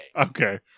Okay